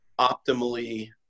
optimally